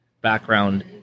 background